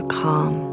calm